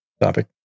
topic